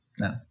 No